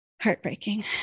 Heartbreaking